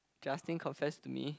Justin confess to me